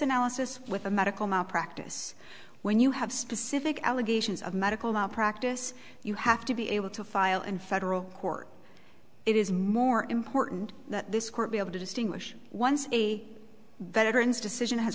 analysis with a medical malpractise when you have specific allegations of medical malpractise you have to be able to file in federal court it is more important that this court be able to distinguish once a veterans decision has